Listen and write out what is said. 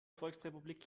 volksrepublik